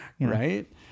Right